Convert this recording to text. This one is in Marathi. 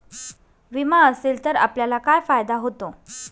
विमा असेल तर आपल्याला काय फायदा होतो?